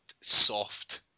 soft